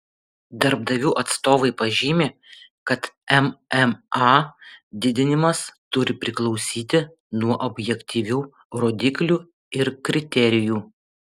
darbdavių atstovai pažymi kad mma didinimas turi priklausyti nuo objektyvių rodiklių ir kriterijų